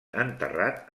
enterrat